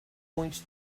point